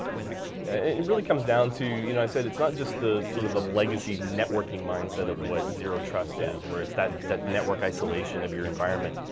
yeah it really comes down to you know i said it's not just the sort of the legacy networking mindset of what zero trust is where it's that that network isolation of your environment.